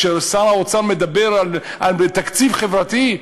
כששר האוצר מדבר על תקציב חברתי,